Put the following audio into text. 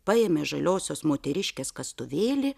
paėmė žaliosios moteriškės kastuvėlį